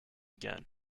again